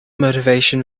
motivation